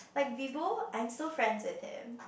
like Vibo I'm still friends with him